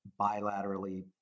bilaterally